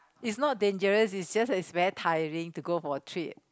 it's not dangerous it's just that it's very tiring to go for a trip